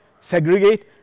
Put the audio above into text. segregate